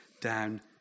down